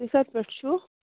تُہۍ کَتہِ پٮ۪ٹھ چھِو